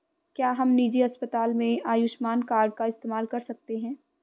क्या हम निजी अस्पताल में आयुष्मान कार्ड का इस्तेमाल कर सकते हैं?